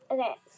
Okay